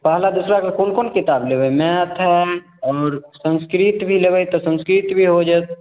पहला दुसराके कोन कोन किताब लेबै मैथ है आओर संस्कृत भी लेबै तऽ संस्कृत भी हो जायत